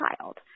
child